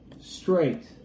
straight